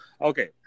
Okay